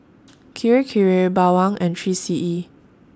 Kirei Kirei Bawang and three C E